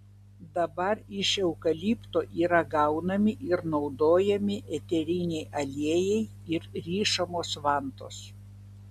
dabar iš eukalipto yra gaunami ir naudojami eteriniai aliejai ir rišamos vantos